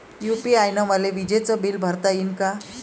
UPI न मले विजेचं बिल भरता यीन का?